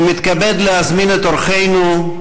אני מתכבד להזמין את אורחנו,